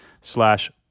slash